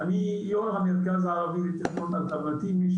אני יו"ר המרכז הערבי לתכנון אלטרנטיבי,